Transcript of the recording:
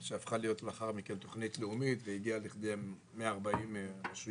שלאחר מכן הפכה להיות תוכנית לאומית והגיעה לכדי 140 רשויות.